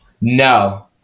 No